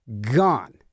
gone